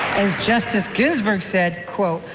as justice ginsburg said quote,